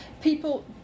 People